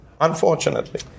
unfortunately